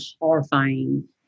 horrifying